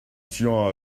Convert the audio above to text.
tian